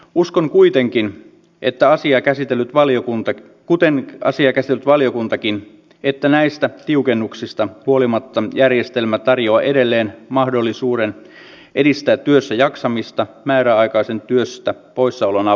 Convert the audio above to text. uskon kuitenkin kuten asiaa käsitellyt valiokuntakin että näistä tiukennuksista huolimatta järjestelmä tarjoaa edelleen mahdollisuuden edistää työssäjaksamista määräaikaisen työstä poissaolon avulla